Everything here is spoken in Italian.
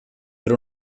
per